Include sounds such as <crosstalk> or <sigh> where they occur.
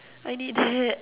I need that <noise>